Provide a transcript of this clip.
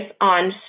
on